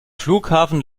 flughafen